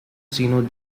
sino